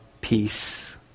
peace